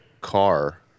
car